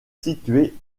situé